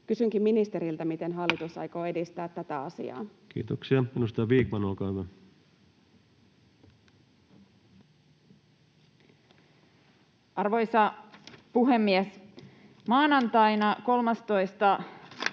miten hallitus aikoo edistää tätä asiaa? Kiitoksia. — Edustaja Vikman, olkaa hyvä. Arvoisa puhemies! Maanantaina 13.12.